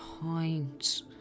point